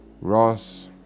Ross